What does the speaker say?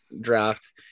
draft